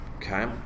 Okay